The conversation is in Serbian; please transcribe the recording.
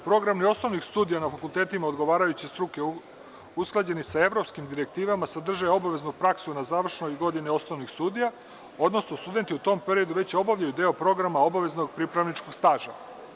Program osnovnih studija na fakultetima odgovarajuće struke usklađen je sa evropskim direktivama sadrže obaveznu praksu na završnoj godini osnovnih studija, odnosno studenti u tom periodu već obavljaju deo programa obaveznog pripravničkog staža.